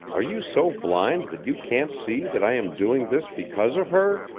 are you so blind that you can't see that i am doing this because of her?